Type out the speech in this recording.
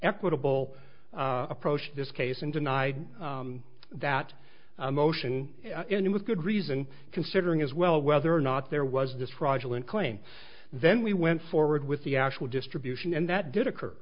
equitable approach this case and denied that motion and with good reason considering as well whether or not there was this fraudulent claim then we went forward with the actual distribution and that did occur